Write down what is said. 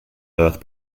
earth